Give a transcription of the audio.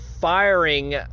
firing